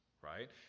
right